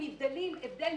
הם כן יודעים שמשהו לא בסדר.